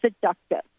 seductive